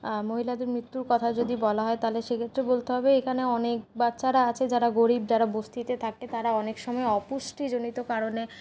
মহিলাদের মৃত্যুর কথা যদি বলা হয় তাহলে সেক্ষেত্রে বলতে হবে এখানে অনেক বাচ্চারা আছে যারা গরিব যারা বস্তিতে থাকে তারা অনেক সময় অপুষ্টিজনিত কারণে